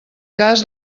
cas